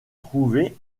trouver